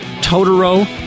Totoro